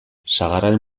sagarraren